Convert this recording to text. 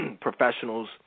professionals